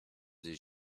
des